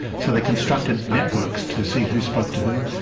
so they constructed networks to see who spoke to who,